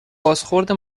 بازخورد